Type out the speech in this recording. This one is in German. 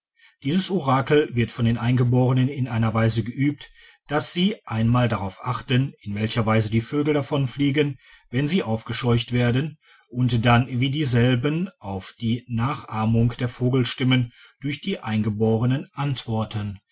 dieses orakel wird von den eingeborenen in der weise geübt dass sie einmal darauf achten in welcher weise die vögel davonfliegen wenn sie aufgescheucht werden und dann wie dieselben auf die nachahmungen der vogelstimmen durch die eingeborenen antworten